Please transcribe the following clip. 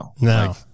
No